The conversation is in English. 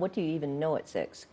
what do you even know it six